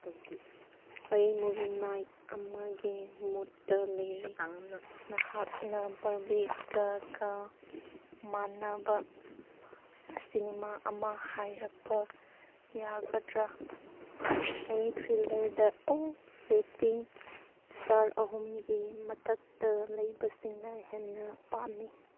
ꯑꯩ movie night ꯑꯃꯒꯤ ꯃꯨꯠꯇ ꯂꯩꯔꯤ ꯅꯍꯥꯛꯅ ꯕꯔꯕꯤꯒ ꯀ ꯃꯥꯅꯕ ꯁꯤꯅꯤꯃꯥ ꯑꯃ ꯍꯥꯏꯔꯛꯄ ꯌꯥꯒꯗ꯭ꯔꯥ ꯑꯩ ꯊ꯭ꯔꯤꯂꯔꯗ ꯔꯦꯇꯤꯡ ꯏꯁꯇꯥꯔ ꯑꯍꯨꯝꯒꯤ ꯃꯊꯛꯇ ꯂꯩꯕꯁꯤꯡꯅ ꯍꯦꯟꯅ ꯄꯥꯝꯃꯤ